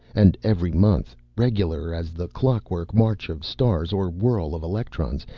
and every month, regular as the clockwork march of stars or whirl of electrons,